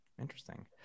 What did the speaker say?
Interesting